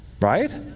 Right